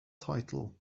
title